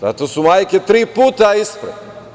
Zato su majke tri puta ispred.